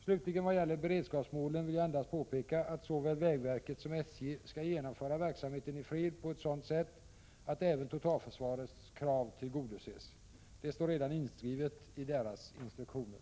Slutligen vad gäller beredskapsmålen vill jag endast påpeka att såväl vägverket som SJ skall genomföra verksamheten i fred på ett sådant sätt att även totalförsvarets krav tillgodoses. Det står redan inskrivet i deras instruktioner.